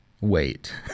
wait